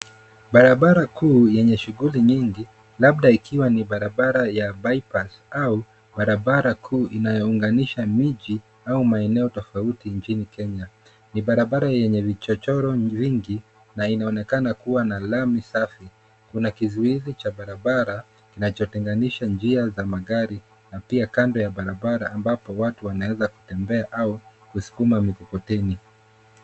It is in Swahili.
Barabara kuu yenye shughuli nyingi labda ikiwa ni barabara ya bypass au barabara kuu inayounganisha miji au maeneo tofauti nchini Kenya. Ni barabara yenye vichochoro vingi na inaonekana kuwa na lami safi. Kuna kizuizi cha barabara kinachotenganisha njia za magari na pia kando ya barabara ambapo watu wanaweza kutembea au kuskuma mikokoteni.